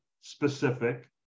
specific